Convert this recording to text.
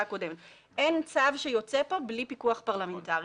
אין צו שיוצא פה בלי פיקוח פרלמנטרי.